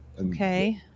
Okay